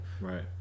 Right